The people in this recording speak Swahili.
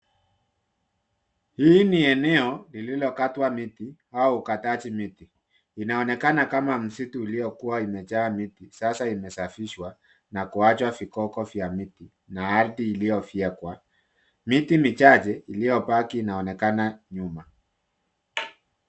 Hii eneo lililokatwa miti au ukataji miti. Inaonekana kama msitu uliokuwa umejaa miti, sasa imesafishwa na kuachwa vikoko vya miti na ardhi iliyofyekwa. Miti michache iliyobaki inaonekana nyuma.